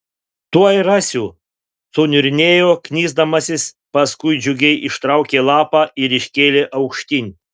tuoj rasiu suniurnėjo knisdamasis paskui džiugiai ištraukė lapą ir iškėlė aukštyn